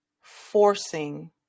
forcing